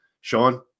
Sean